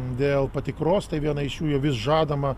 dėl patikros tai viena iš jų vis žadama